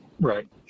Right